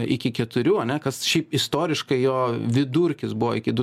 iki keturių ane kas šiaip istoriškai jo vidurkis buvo iki du